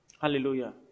Hallelujah